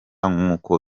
nkuko